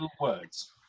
words